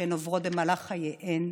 שהן עוברות במהלך חייהן,